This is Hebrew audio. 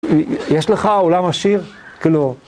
יש לך עולם עשיר כאילו...